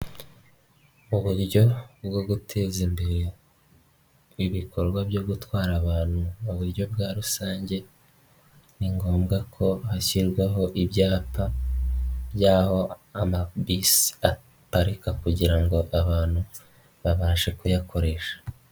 Mu buryo bwo guteza imbere ibikorwa byo gutwara abantu mu buryo bwa rusange, ni ngombwa ko hashyirwaho ibyapa by'aho amabisi aparika kugira ngo abantu babashe kuyakoresha.